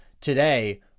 today